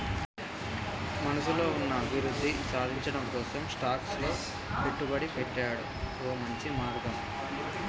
మన మనసులో ఉన్న అభివృద్ధి సాధించటం కోసం స్టాక్స్ లో పెట్టుబడి పెట్టాడు ఓ మంచి మార్గం